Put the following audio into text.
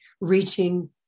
reaching